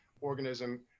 organism